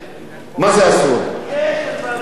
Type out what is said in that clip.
יש ועדת-גולדברג, יש שם 600 מיליון שקל,